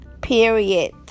period